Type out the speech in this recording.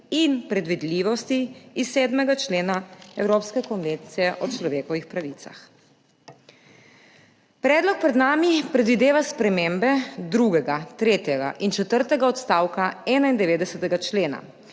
in predvidljivosti iz 7. člena Evropske konvencije o človekovih pravicah. Predlog pred nami predvideva spremembe drugega, tretjega in četrtega odstavka 91. člena,